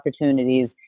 opportunities